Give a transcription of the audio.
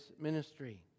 ministry